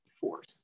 force